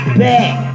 back